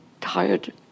tired